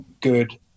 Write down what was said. good